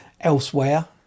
elsewhere